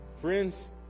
friends